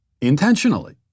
intentionally